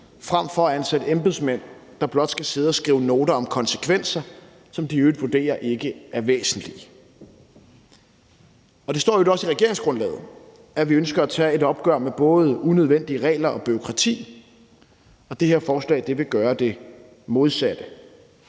frem for at ansætte embedsmænd, der blot skal sidde og skrive noter om konsekvenser, som de i øvrigt vurderer ikke er væsentlige. Det står i øvrigt også i regeringsgrundlaget, at vi ønsker at tage et opgør med både unødvendige regler og bureaukrati, og det her forslag vil gøre det modsatte.